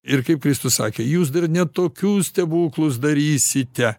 ir kaip kristus sakė jūs dar ne tokius stebuklus darysite